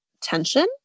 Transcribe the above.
tension